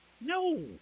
no